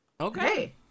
okay